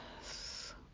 yes